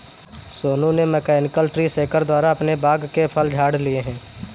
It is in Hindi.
सोनू ने मैकेनिकल ट्री शेकर द्वारा अपने बाग के फल झाड़ लिए है